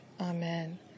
Amen